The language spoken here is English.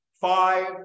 five